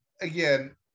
again